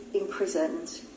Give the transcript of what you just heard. imprisoned